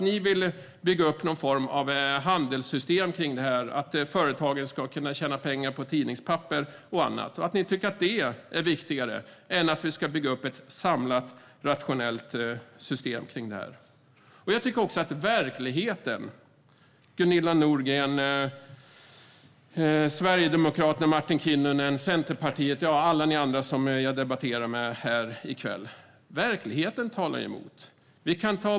Ni vill bygga upp ett handelssystem för detta för att företag ska kunna tjäna papper på tidningspapper och annat. Ni tycker att det är viktigare än att vi ska bygga upp ett samlat, rationellt system för detta. Gunilla Nordgren, Martin Kinnunen, Kristina Yngwe och alla ni andra som jag debatterar med här i kväll! Verkligheten talar emot er.